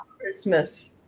Christmas